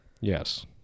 Yes